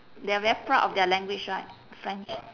they are very proud of their language right french